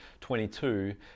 22